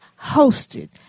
hosted